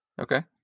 Okay